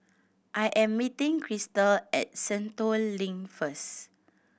I am meeting Chrystal at Sentul Link first